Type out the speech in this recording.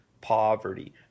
poverty